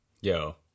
yo